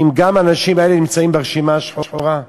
האם גם האנשים האלה נמצאים ברשימה השחורה?